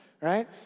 right